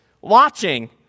watching